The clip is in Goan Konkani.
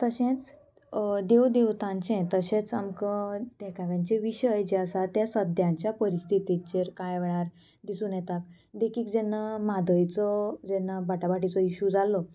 तशेंच देव देवतांचें तशेंच आमकां देखाव्यांचे विशय जे आसा ते सद्याच्या परिस्थितीचेर कांय वेळार दिसून येता देखीक जेन्ना म्हादयचो जेन्ना भाटाभाटीचो इशू जाल्लो